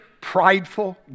prideful